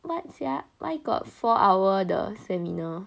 what sia why got four hour 的 seminar